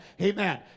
Amen